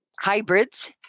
hybrids